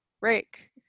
break